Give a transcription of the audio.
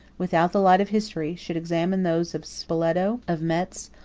without the light of history, should examine those of spoleto, of metz,